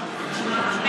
דרך אגב.